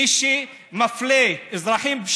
מי שמפלה אזרחים,